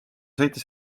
sõitis